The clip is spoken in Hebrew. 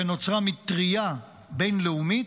ונוצרה מטרייה בין-לאומית,